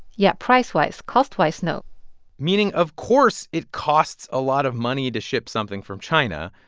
yeah, pricewise costwise, no meaning, of course, it costs a lot of money to ship something from china.